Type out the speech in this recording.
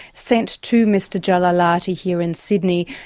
sent to mr jalalaty here in sydney,